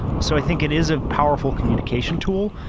so i think it is a powerful communication tool,